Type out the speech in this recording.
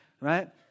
Right